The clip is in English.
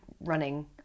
running